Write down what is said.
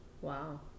Wow